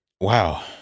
Wow